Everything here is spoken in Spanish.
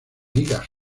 ligas